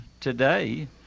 today